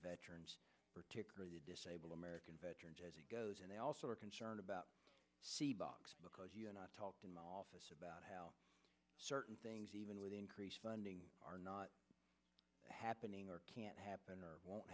veterans particularly the disabled american veterans as it goes and they also are concerned about the box because you and i talked in my office about how certain things even with increased funding are not happening or can't happen or won't